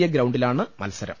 A ഗ്രൌണ്ടിലാണ് മത്സരം